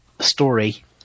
story